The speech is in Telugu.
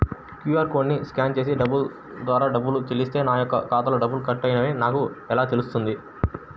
క్యూ.అర్ కోడ్ని స్కాన్ ద్వారా డబ్బులు చెల్లిస్తే నా యొక్క ఖాతాలో డబ్బులు కట్ అయినవి అని నాకు ఎలా తెలుస్తుంది?